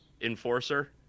enforcer